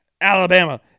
Alabama